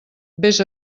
vés